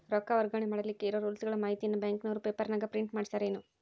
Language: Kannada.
ರೊಕ್ಕ ವರ್ಗಾವಣೆ ಮಾಡಿಲಿಕ್ಕೆ ಇರೋ ರೂಲ್ಸುಗಳ ಮಾಹಿತಿಯನ್ನ ಬ್ಯಾಂಕಿನವರು ಪೇಪರನಾಗ ಪ್ರಿಂಟ್ ಮಾಡಿಸ್ಯಾರೇನು?